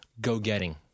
go-getting